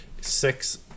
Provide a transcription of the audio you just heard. six